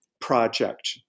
project